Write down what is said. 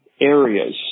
areas